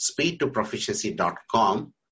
speedtoproficiency.com